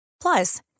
Plus